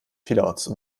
vielerorts